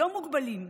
לא מוגבלים,